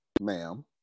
ma'am